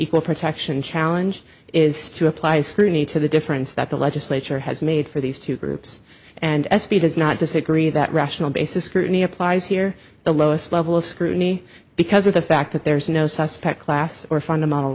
equal protection challenge is to apply scrutiny to the difference that the legislature has made for these two groups and s p does not disagree that rational basis scrutiny applies here the lowest level of scrutiny because of the fact that there is no suspect class or fundamental